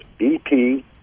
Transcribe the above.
BP